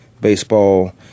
baseball